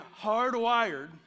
hardwired